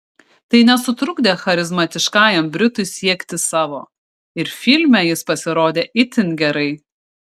tai nesutrukdė charizmatiškajam britui siekti savo ir filme jis pasirodė itin gerai